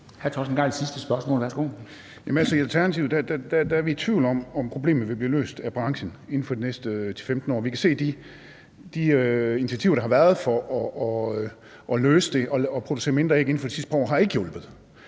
er vi i tvivl om, om problemet vil blive løst af branchen inden for de næste 10-15 år. Vi kan se ud fra de initiativer, der er taget for at løse det inden for de sidste par år med at lade